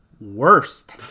worst